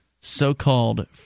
so-called